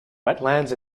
wetlands